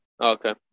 Okay